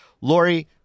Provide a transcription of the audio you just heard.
Lori